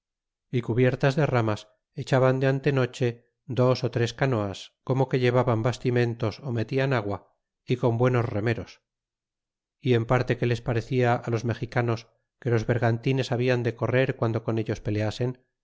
y cubiertas de ramas echaban de antenoche dos ó tres canoas como que llevaban bastimentos ó metian agua y con buenos remeros y'himporte que les parecia los mexicanos que los bergantines habian de correr guando con ellos peleasen